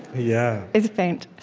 yeah it's faint